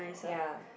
ya